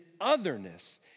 otherness